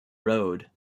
road